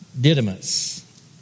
Didymus